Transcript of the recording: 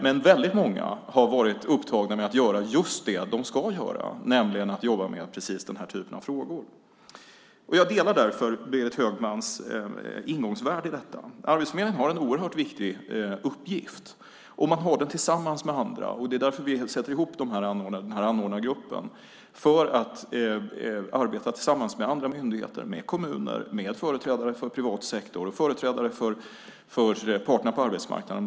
Men väldigt många har varit upptagna med att göra just det de ska göra, nämligen att arbeta med den här typen av frågor. Jag delar Berit Högmans ingångsvärde här. Arbetsförmedlingen har en oerhört viktig uppgift, och man har det tillsammans med andra. Det är därför vi tillsätter en anordnargrupp för att arbeta tillsammans med andra myndigheter, med kommuner, med företrädare för privat sektor och företrädare för parterna på arbetsmarknaden.